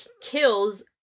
kills